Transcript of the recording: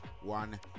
One